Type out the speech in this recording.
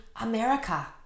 America